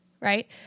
right